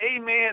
amen